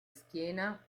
schiena